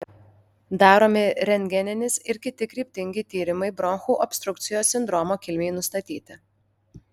daromi rentgeninis ir kiti kryptingi tyrimai bronchų obstrukcijos sindromo kilmei nustatyti